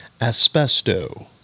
asbesto